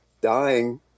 dying